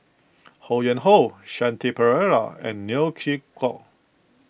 Ho Yuen Hoe Shanti Pereira and Neo Chwee Kok